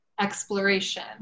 exploration